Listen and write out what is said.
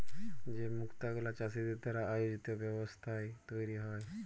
যে মুক্ত গুলা চাষীদের দ্বারা আয়জিত ব্যবস্থায় তৈরী হ্যয়